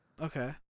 Okay